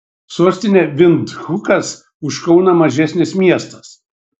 sostinė vindhukas už kauną mažesnis miestas